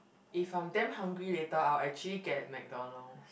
if I'm damn hungry later I'll actually get McDonald